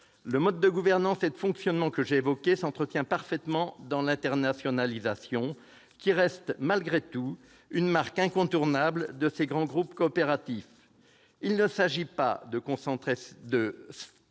Le mode de gouvernance et de fonctionnement que j'ai évoqué est parfaitement entretenu par l'internationalisation, qui reste malgré tout une marque incontournable de ces grands groupes coopératifs. Il s'agit non pas de contrer